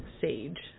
sage